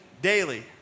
daily